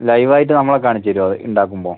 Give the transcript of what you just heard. live ആയിട്ട് നമ്മളെ കാണിച്ചു തരുമോ ഉണ്ടാക്കുമ്പോൾ